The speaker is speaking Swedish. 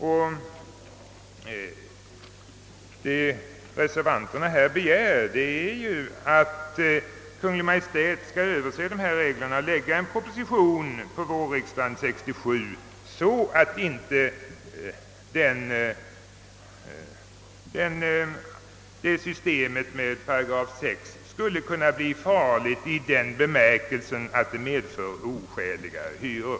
Vad reservanterna begär är att Kungl. Maj:t skall överse reglerna och lägga fram en proposition till vårriksdagen 1967, så att inte systemet med 8 6 skulle kunna bli farligt i den bemärkelsen att det medför oskäliga hyror.